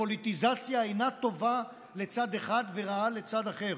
פוליטיזציה אינה טובה לצד אחד ורעה לצד אחר,